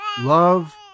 Love